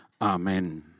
Amen